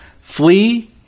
Flee